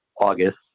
August